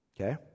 Okay